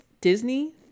Disney